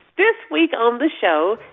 this week on the show,